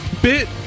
Bit